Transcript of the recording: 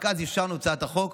רק אז אישרנו את הצעת החוק.